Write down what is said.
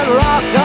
rock